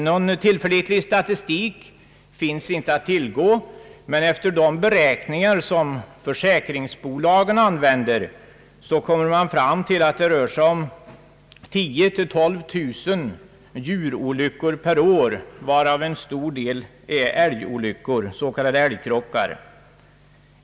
Någon tillförlitlig statistik finns inte att tillgå, men med hjälp av de beräkningar som försäkringsbolagen använder kommer man fram till att det rör sig om 10 000—12 000 djurolyckor per år, varav en stor del s.k. älgkrockar.